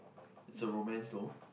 is a romance though